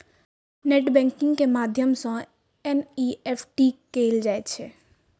net banking के माध्यम सं एन.ई.एफ.टी कैल जा सकै छै